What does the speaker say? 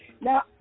Now